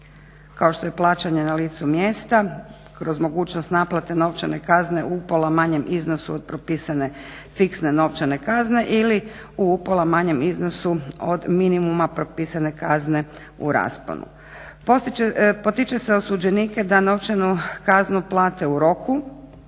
kao što je plaćanje na licu mjesta, kroz mogućnost naplate novčane kazne u upola manjem iznosu od propisane fiksne novčane kazne ili u upola manjem iznosu od minimuma propisane kazne u rasponu. Potiče se osuđenike da novčanu kaznu plate u roku